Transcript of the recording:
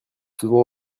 souvent